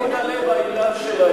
מיקי, בעניין שלהם.